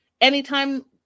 Anytime